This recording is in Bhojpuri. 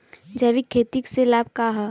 जैविक खेती से लाभ होई का?